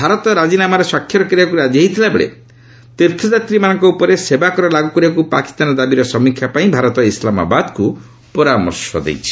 ଭାରତ ରାଜିନାମାରେ ସ୍ୱାକ୍ଷର କରିବାକୁ ରାଜି ହୋଇଥିବା ବେଳେ ତୀର୍ଥଯାତ୍ରୀମାନଙ୍କ ଉପରେ ସେବାକର ଲାଗୁ କରିବାକୁ ପାକିସ୍ତାନର ଦାବିର ସମୀକ୍ଷା ପାଇଁ ଭାରତ ଇସଲାମାବାଦକୁ ପରାମର୍ଶ ଦେଇଛି